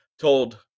told